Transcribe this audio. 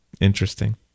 Interesting